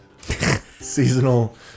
seasonal